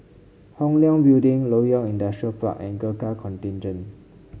Hong Leong Building Loyang Industrial Park and Gurkha Contingent